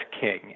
king